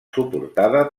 suportada